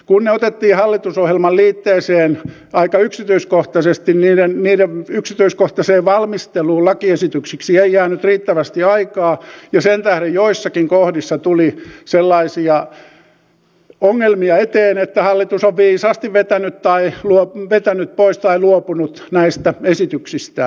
kun ne otettiin hallitusohjelman liitteeseen aika yksityiskohtaisesti niiden yksityiskohtaiseen valmisteluun lakiesityksiksi ei jäänyt riittävästi aikaa ja sen tähden joissakin kohdissa tuli sellaisia ongelmia eteen että hallitus on viisaasti vetänyt pois tai luopunut näistä esityksistään